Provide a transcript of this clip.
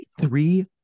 three